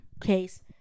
case